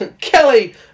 Kelly